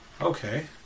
Okay